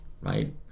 right